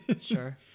Sure